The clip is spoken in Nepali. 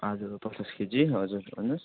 आलु पचास केजी हजुर भन्नुहोस्